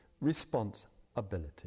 responsibility